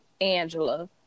Angela